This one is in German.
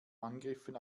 angriffen